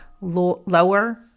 lower